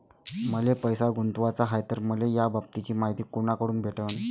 मले पैसा गुंतवाचा हाय तर मले याबाबतीची मायती कुनाकडून भेटन?